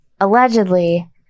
Allegedly